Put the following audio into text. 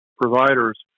providers